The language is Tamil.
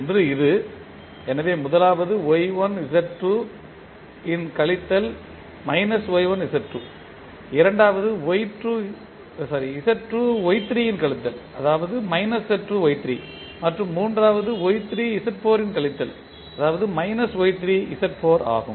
ஒன்று இது எனவே முதலாவது Y1 Z2 இன் கழித்தல் இரண்டாவது Z2 Y3 இன் கழித்தல் மற்றும் மூன்றாவது Y3 Z4 இன் கழித்தல் ஆகும்